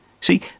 See